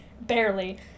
barely